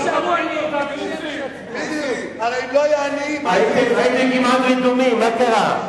נמצאים בתוך הממשלה, הייתם כמעט רדומים, מה קרה?